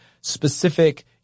specific